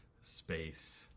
space